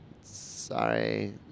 Sorry